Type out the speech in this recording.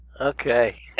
Okay